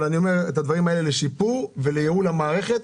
אני אומר את הדברים האלה על-מנת לשפר ולייעל את המערכת.